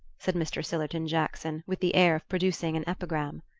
said mr. sillerton jackson, with the air of producing an epigram.